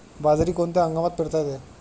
बाजरी कोणत्या हंगामात पेरता येते?